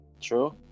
True